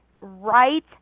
right